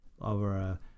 over